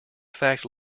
fact